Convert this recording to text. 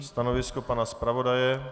Stanovisko pana zpravodaje?